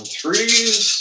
threes